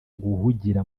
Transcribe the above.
guhugira